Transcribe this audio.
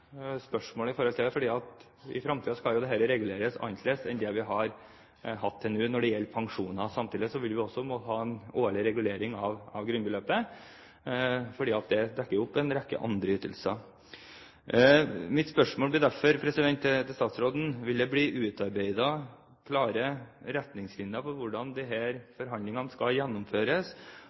skal jo dette reguleres annerledes i fremtiden enn slik det har vært til nå. Samtidig må vi også ha en årlig regulering av grunnbeløpet, fordi det dekker opp en rekke andre ytelser. Mine spørsmål til statsråden blir derfor: Vil det bli utarbeidet klare retningslinjer for hvordan disse forhandlingene skal gjennomføres,